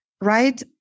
right